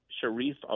Sharif